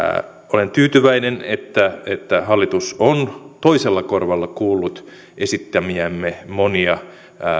olen tyytyväinen että että hallitus on toisella korvalla kuullut esittämiämme monia